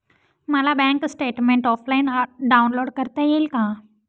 मला bank statement offline download करता येईल का?